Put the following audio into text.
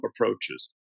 approaches